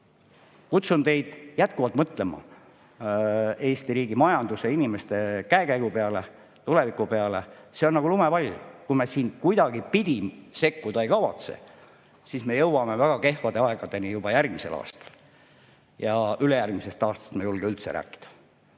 Kutsun teid üles mõtlema Eesti riigi majanduse ja inimeste käekäigu peale, tuleviku peale. See on nagu lumepall – kui me kuidagipidi sekkuda ei kavatse, siis me jõuame väga kehvade aegadeni juba järgmisel aastal, ülejärgmisest aastast ei julge üldse rääkida.